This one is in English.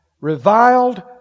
Reviled